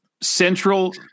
central